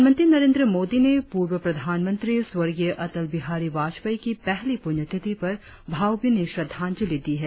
प्रधानमंत्री नरेंद्र मोदी ने पूर्व प्रधानमंत्री स्वर्गीय अटल बिहारी वाजपेयी की पहली पुण्यतिथि पर भावभीनि श्रद्धांजलि दी है